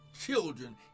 children